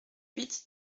huit